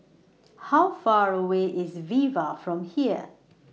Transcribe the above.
How Far away IS Viva from here